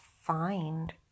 find